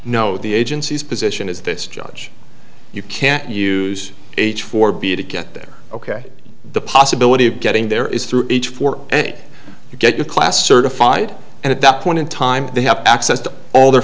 know the agencies position is this judge you can't use h four b to get their ok the possibility of getting there is through each four and you get your class certified and at that point in time they have access to all their